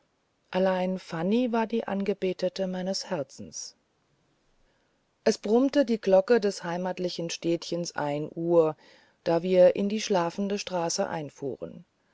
allein fanny die angebetete meines herzens es brummte die glocke des heimatlichen städtleins ein uhr da wir in die schlafende straße einfuhren